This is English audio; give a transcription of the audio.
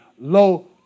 low